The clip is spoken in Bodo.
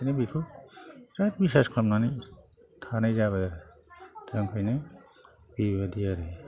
बेखायनो बिखौ बिराद बिसास खालामनानै थानाय जाबाय आरो दा ओंखायनो बेबादि आरो